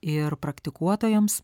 ir praktikuotojoms